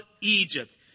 Egypt